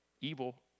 evil